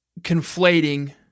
conflating